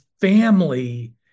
family